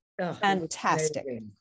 Fantastic